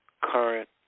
current